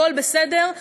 הכול בסדר,